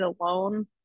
alone